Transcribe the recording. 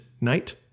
night